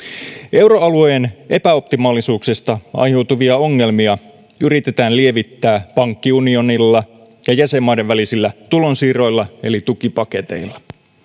euroalueen epäoptimaalisuuksista aiheutuvia ongelmia yritetään lievittää pankki unionilla ja jäsenmaiden välisillä tulonsiirroilla eli tukipaketeilla